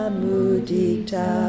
mudita